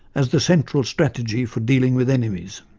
as the central strategy for dealing with enemies.